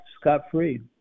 scot-free